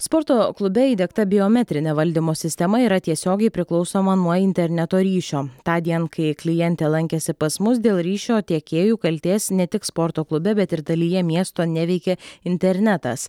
sporto klube įdiegta biometrinė valdymo sistema yra tiesiogiai priklausoma nuo interneto ryšio tądien kai klientė lankėsi pas mus dėl ryšio tiekėjų kaltės ne tik sporto klube bet ir dalyje miesto neveikė internetas